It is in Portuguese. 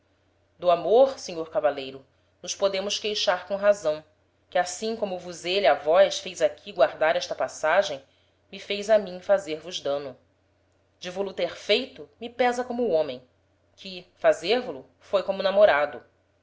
do amor senhor cavaleiro nos podemos queixar com razão que assim como vos êle a vós fez aqui guardar esta passagem me fez a mim fazer-vos dano de vo lo ter feito me pesa como homem que fazer vo lo foi como namorado